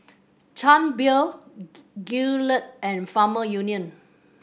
Chang Beer Gillette and Farmer Union